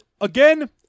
again